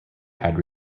had